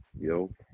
Yo